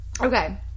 Okay